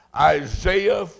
Isaiah